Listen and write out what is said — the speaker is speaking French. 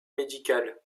médical